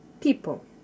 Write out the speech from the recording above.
people